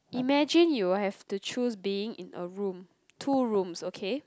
imagine you have to choose being in a room two rooms okay